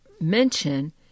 mention